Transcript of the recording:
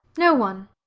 no one.